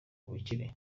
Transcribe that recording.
bukire